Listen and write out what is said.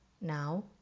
Now